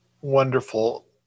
wonderful